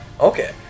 Okay